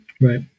Right